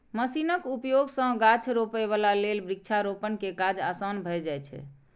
मशीनक उपयोग सं गाछ रोपै बला लेल वृक्षारोपण के काज आसान भए जाइ छै